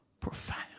profound